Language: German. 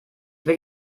will